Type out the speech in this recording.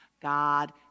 God